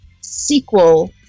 sequel